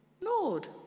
Lord